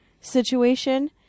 situation –